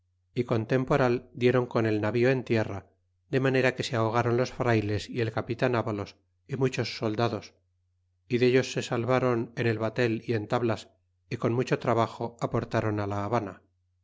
y con temporal diéron con el navío en tierra de manera que se ahogaron los frayles y el capitan avalos y muchos soldados y dellos se salvaron en el batel y en tablas y con mucho trabajo aportaron á la habana